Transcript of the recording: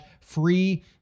free